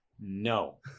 No